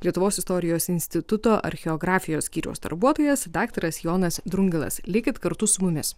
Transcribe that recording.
lietuvos istorijos instituto archeografijos skyriaus darbuotojas daktaras jonas drungilas likit kartu su mumis